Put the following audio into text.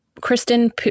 Kristen